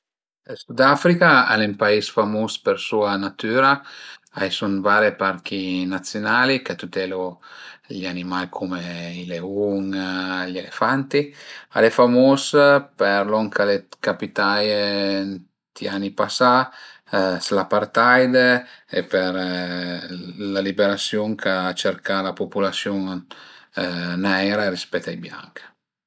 Ël Sudafrica al e ün pais famus për sua natüra, a i sun vari parchi nazionali ch'a tütelu gli animal cume i leun, gli elefanti. Al e famus për lon ch'al e capitaie ënt i ani pasà sü l'Apartheid e për la liberasiun ch'a cercà la pupulasiun neira rispèt ai bianch